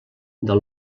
del